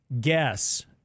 guess